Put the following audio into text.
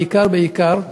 בעיקר בעיקר,